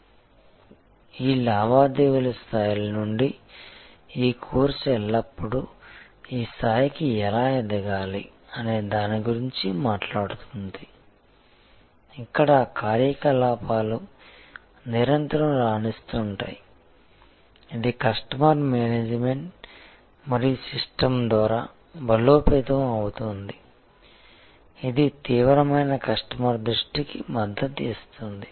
కాబట్టి ఈ లావాదేవీల స్థాయిల నుండి ఈ కోర్సు ఎల్లప్పుడూ ఈ స్థాయికి ఎలా ఎదగాలి అనే దాని గురించి మాట్లాడుతుంటుంది ఇక్కడ కార్యకలాపాలు నిరంతరం రాణిస్తుంటాయి ఇది కస్టమర్ మేనేజ్మెంట్ మరియు సిస్టమ్ ద్వారా బలోపేతం అవుతుంది ఇది తీవ్రమైన కస్టమర్ దృష్టికి మద్దతు ఇస్తుంది